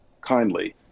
kindly